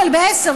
אבל ב-22:00,